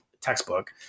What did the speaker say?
textbook